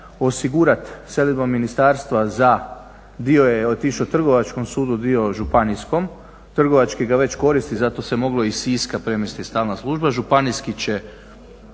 osigurati selidbom ministarstva za, dio je otišao Trgovačkom sudu, dio Županijskom. Trgovački ga već koristi zato se moglo iz Siska premjestiti stalna služba. Županijski će